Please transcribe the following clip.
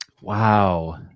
wow